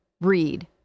read